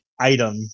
item